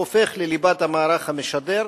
הוא הופך לליבת המערך המשדר.